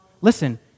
Listen